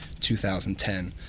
2010